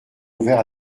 ouvert